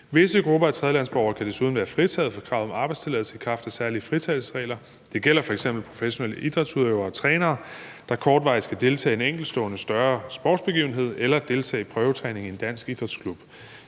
Visse grupper af tredjelandsborgere kan desuden være fritaget for kravet om arbejdstilladelse i kraft af særlige fritagelsesregler. Det gælder f.eks. professionelle idrætsudøvere og trænere, der kortvarigt skal deltage i en enkeltstående større sportsbegivenhed eller deltage i en prøvetræning i en dansk idrætsklub.